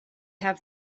have